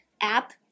app